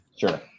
Sure